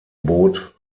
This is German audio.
boot